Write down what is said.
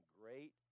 great